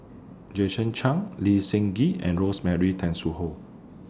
Jason Chan Lee Seng Gee and Rosemary Tessensohn